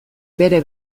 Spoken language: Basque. bere